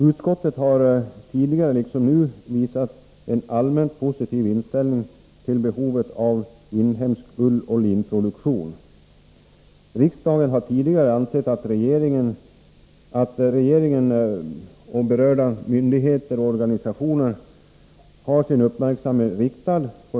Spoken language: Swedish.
Utskottet har tidigare liksom nu visat en allmänt positiv inställning till behovet av inhemsk ulloch linproduktion. Riksdagen har tidigare framhållit att regeringen och berörda myndigheter och organisationer har sin uppmärksamhet riktad på denna fråga.